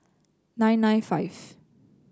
nine nine five